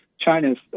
China's